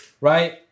right